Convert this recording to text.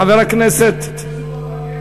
חבר הכנסת, אבל יש זמן,